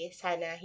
sana